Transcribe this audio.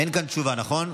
אין כאן תשובה, נכון?